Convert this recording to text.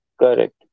Correct